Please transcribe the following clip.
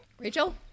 Rachel